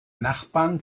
nachbarn